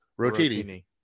Rotini